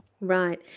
Right